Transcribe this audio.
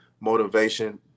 motivation